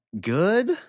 good